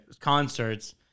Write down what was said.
concerts